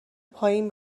پایین